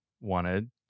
wanted